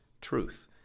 truth